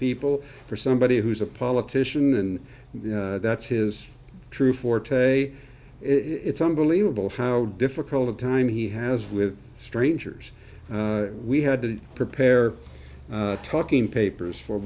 people for somebody who's a politician and that's his true forte it's unbelievable how difficult a time he has with strangers we had to prepare talking papers for